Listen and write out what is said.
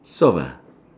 soft ah